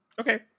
Okay